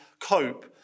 cope